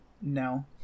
no